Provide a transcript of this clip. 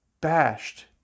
bashed